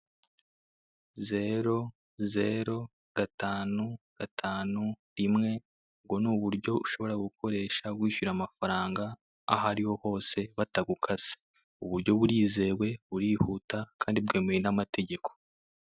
Zero, zero, gatanu, gatanu, rimwe, ubwo ni uburyo ushobora gukoresha wishyura amafaranga aho ariho hose batagukase, ubu buryo burizewe burihuta kandi bwemewe n'amategeko,